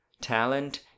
talent